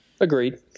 agreed